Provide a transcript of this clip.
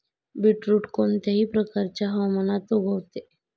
beetroot कोणत्याही प्रकारच्या हवामानात उगवते